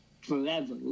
forever